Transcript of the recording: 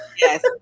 yes